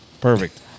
Perfect